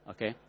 Okay